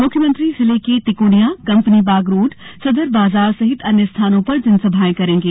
मुख्यमंत्री जिले के तिकोनिया कंपनी बाग रोड सदर बाजार सहित अन्य स्थानों पर जनसभायें करेंगे